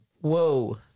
Whoa